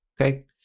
Okay